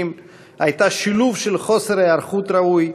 הייתה שילוב של חוסר היערכות ראויה,